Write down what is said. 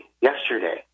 yesterday